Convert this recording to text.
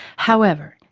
however,